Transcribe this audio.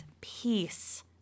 peace